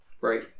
Right